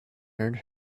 heard